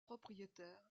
propriétaires